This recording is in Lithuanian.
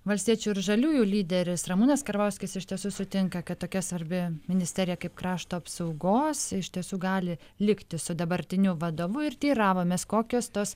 valstiečių ir žaliųjų lyderis ramūnas karbauskis iš tiesų sutinka kad tokia svarbi ministerija kaip krašto apsaugos iš tiesų gali likti su dabartiniu vadovu ir teiravomės kokios tos